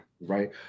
Right